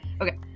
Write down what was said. okay